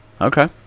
Okay